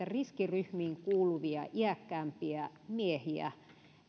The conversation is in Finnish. riskiryhmiin kuuluvia iäkkäämpiä miehiä